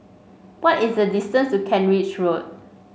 what is the distance to Kent Ridge Road